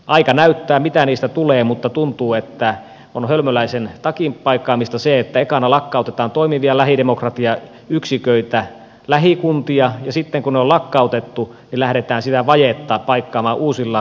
aika näyttää mitä niistä tulee mutta tuntuu että on hölmöläisen takin paikkaamista se että ekana lakkautetaan toimivia lähidemokratiayksiköitä lähikuntia ja sitten kun ne on lakkautettu niin lähdetään sitä vajetta paikkaamaan uusilla hallinnollisilla ratkaisuilla